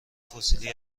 فسیلی